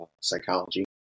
psychology